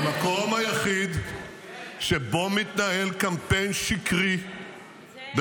המקום היחיד שבו מתנהל קמפיין --- אתה